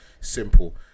Simple